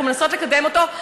אנחנו מנסות לקדם אותו,